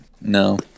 no